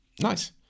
nice